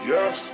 Yes